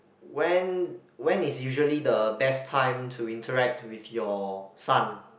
when when is usually the best time to interact with your son